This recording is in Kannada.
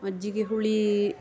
ಮಜ್ಜಿಗೆ ಹುಳಿ